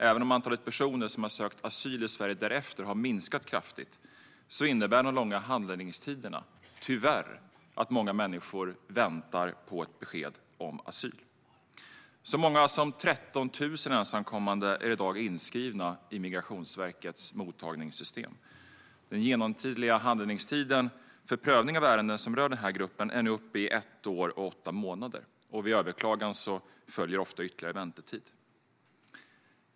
Även om antalet personer som har sökt asyl i Sverige därefter har minskat kraftigt innebär de långa handläggningstiderna, tyvärr, att många människor väntar på ett besked om asyl. Så många som 13 000 ensamkommande är i dag inskrivna i Migrationsverkets mottagningssystem. Den genomsnittliga handläggningstiden för prövning av ärenden som rör denna grupp är nu uppe i ett år och åtta månader, och vid överklagan följer ofta ytterligare väntetid.